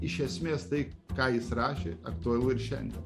iš esmės tai ką jis rašė aktualu ir šiandien